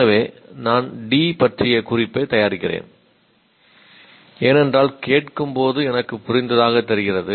எனவே நான் D பற்றிய குறிப்பை தயாரிக்கிறேன் ஏனென்றால் கேட்கும் போது எனக்கு புரிந்ததாக தெரிகிறது